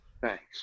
Thanks